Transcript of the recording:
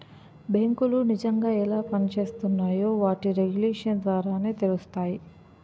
బేంకులు నిజంగా ఎలా పనిజేత్తున్నాయో వాటి రెగ్యులేషన్స్ ద్వారానే తెలుత్తాది